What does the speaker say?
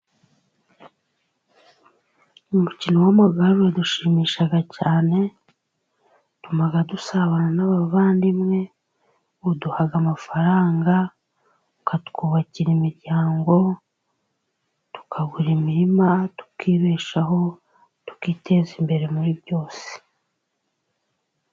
Umukino w'amagare uradushimisha cyane , utuma dusabana n'abavandimwe , uduha amafaranga , ukatwubakira imiryango , tukagura imirima , tukibeshaho , tukiteza imbere muri byose.